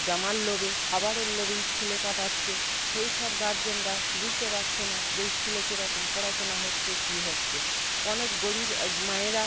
জামার লোভে খাবারের লোভে স্কুলে পাঠাচ্ছে সেই সব গার্জেনরা বুঝতে পারছে না যে স্কুলে কী রকম পড়াশুনা হচ্ছে কী হচ্ছে অনেক গরিব মায়েরা